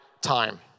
time